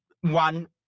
one